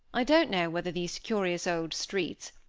i don't know whether these curious old streets,